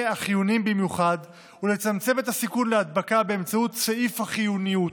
החיוניים במיוחד ולצמצם את הסיכון להדבקה באמצעות סעיף החיוניות,